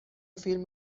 فیلم